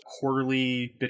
quarterly